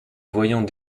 voyant